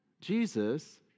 Jesus